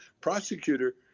prosecutor